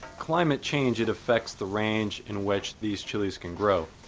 climate change it affects the range in which these chilies can grow.